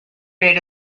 rate